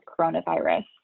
coronavirus